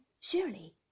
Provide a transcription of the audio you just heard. surely